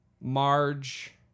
marge